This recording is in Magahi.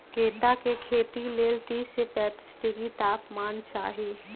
कैता के खेती लेल तीस से पैतिस डिग्री तापमान चाहि